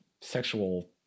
sexual